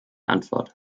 antwort